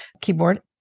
keyboard